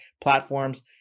platforms